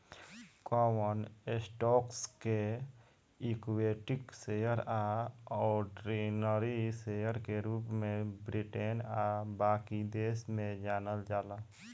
कवन स्टॉक्स के equity share आ ऑर्डिनरी शेयर के रूप में ब्रिटेन आ बाकी देश में जानल जाला